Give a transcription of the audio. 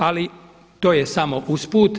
Ali to je samo uz put.